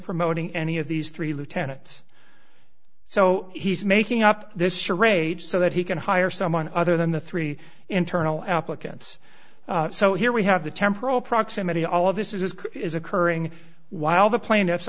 promoting any of these three lieutenants so he's making up this charade so that he can hire someone other than the three internal applicants so here we have the temporal proximity all of this is occurring while the plaintiffs